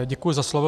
Děkuji za slovo.